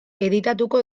editatuko